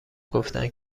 گفتند